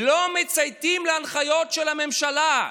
ולא מצייתים להנחיות של הממשלה.